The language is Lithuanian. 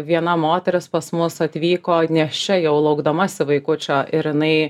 viena moteris pas mus atvyko nėščia jau laukdamasi vaikučio ir jinai